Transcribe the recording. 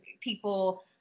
people